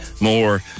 more